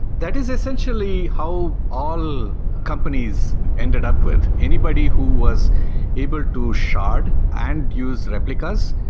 that is essentially how all companies ended up with. anybody who was able to shard and use replicas,